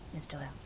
ms doyle.